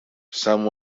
some